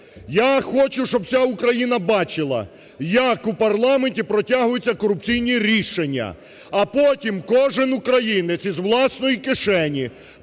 Я хочу, щоб вся Україна бачила як в парламенті протягуються корупційні рішення, а потім кожен українець із власної кишені